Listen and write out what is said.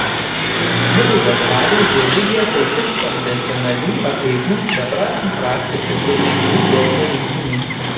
liudui vasariui religija tai tik konvencionalių apeigų beprasmių praktikų ir negyvų dogmų rinkinys